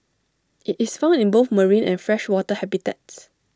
IT is found in both marine and freshwater habitats